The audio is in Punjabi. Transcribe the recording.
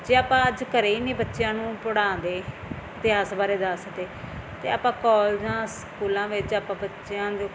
ਜੇ ਆਪਾਂ ਅੱਜ ਘਰ ਹੀ ਨਹੀਂ ਬੱਚਿਆਂ ਨੂੰ ਪੜ੍ਹਾਉਂਦੇ ਇਤਿਹਾਸ ਬਾਰੇ ਦੱਸਦੇ ਅਤੇ ਆਪਾਂ ਕਾਲਜਾਂ ਸਕੂਲਾਂ ਵਿੱਚ ਆਪਾਂ ਬੱਚਿਆਂ ਦੇ